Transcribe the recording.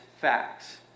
facts